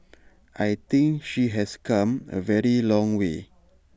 I think she has come A very long way